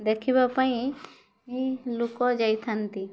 ଦେଖିବା ପାଇଁ ଲୋକ ଯାଇଥାନ୍ତି